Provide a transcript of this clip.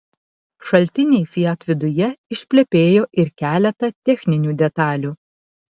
šaltiniai fiat viduje išplepėjo ir keletą techninių detalių